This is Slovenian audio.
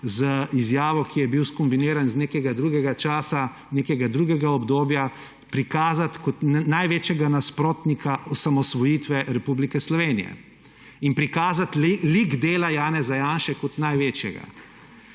z izjavo, ki je bila skombinirana iz nekega drugega časa, nekega drugega obdobja, prikazati kot največjega nasprotnika osamosvojitve Republike Slovenije in prikazati lik dela Janeza Janše kot največjega.